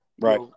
Right